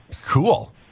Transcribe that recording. Cool